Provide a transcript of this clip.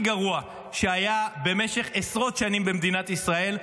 גרוע שהיה במשך עשרות שנים במדינת ישראל.